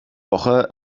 woche